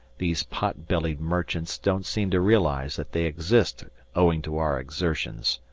these pot-bellied merchants don't seem to realize that they exist owing to our exertions.